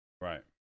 Right